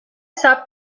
sap